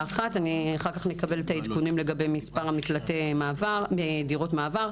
ואחר כך נקבל את העדכון לגבי מספר דירות המעבר.